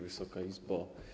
Wysoka Izbo!